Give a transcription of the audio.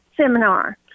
seminar